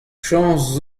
chañs